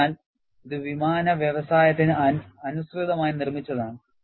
അതിനാൽ ഇത് വിമാന വ്യവസായത്തിന് അനുസൃതമായി നിർമ്മിച്ചതാണ്